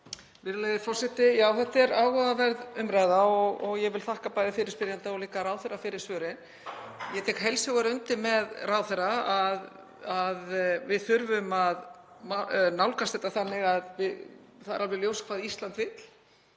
Virðulegi forseti. Já, þetta er áhugaverð umræða og ég vil þakka bæði fyrirspyrjanda og ráðherra fyrir svörin. Ég tek heils hugar undir með ráðherra að við þurfum að nálgast þetta þannig að það sé alveg ljóst hvað Ísland vill.